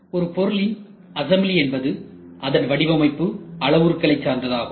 ஒரு பொருளின் அசெம்பிளி என்பது அதன் வடிவமைப்பு அளவுருக்களை சார்ந்ததாகும்